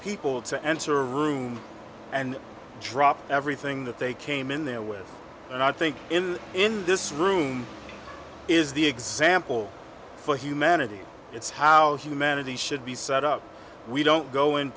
people to enter a room and drop everything that they came in there with and i think in this room is the example for humanity it's house humanity should be set up we don't go in